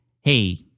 hey